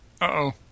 Uh-oh